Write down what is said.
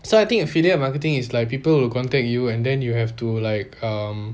I think affiliate marketing is like people will contact you and then you have to like um